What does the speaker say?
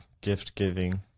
gift-giving